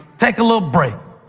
take a little break.